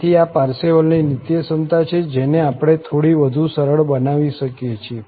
તેથી આ પારસેવલની નીત્યસમતા છે જેને આપણે થોડી વધુ સરળ બનાવી શકીએ છીએ